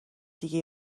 دیگه